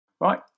Right